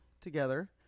together